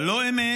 אבל לא אמת,